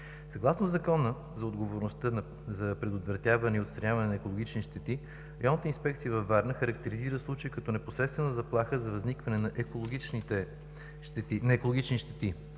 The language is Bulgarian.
Съгласно Закона за отговорността за предотвратяване и отстраняване на екологични щети Районната инспекция във Варна характеризира случая като непосредствена заплаха за възникване на екологични щети.